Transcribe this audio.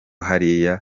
hariya